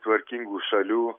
tvarkingų šalių